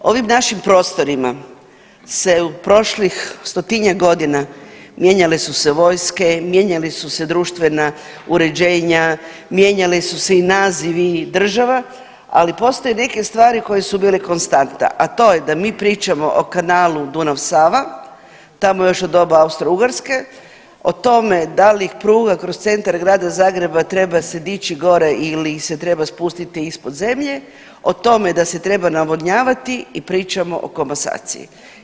Na ovim našim prostorima se u prošlih stotinjak godina mijenjale su se vojske, mijenjala su se društvena uređenja, mijenjali su se i nazivi država, ali postoje neke stvari koje su bile konstanta, a to je da mi pričamo o kanalu Dunav-Sava tamo još od doba Austro-Ugarske o tome da li pruga kroz centar Grada Zagreba treba se dići gore ili se treba spustiti ispod zemlje, o tome da se treba navodnjavati i pričamo o komasaciji.